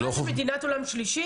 מה זה, מדינת עולם שלישי?